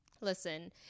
listen